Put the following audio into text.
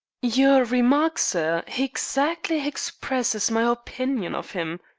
your remark, sir, hexactly hexpresses my hopinion of im.